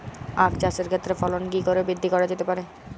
আক চাষের ক্ষেত্রে ফলন কি করে বৃদ্ধি করা যেতে পারে?